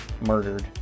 murdered